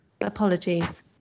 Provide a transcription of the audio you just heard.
Apologies